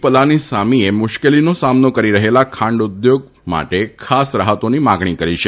પલાનીસામીએ મુશ્કેલીનો સામનો કરી રહેલા ખાંડ ઉદ્યોગ માટે ખાસ રાહતોની માગણી કરી છે